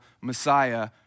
Messiah